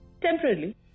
temporarily